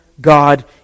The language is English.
god